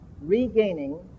regaining